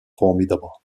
formidable